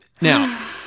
Now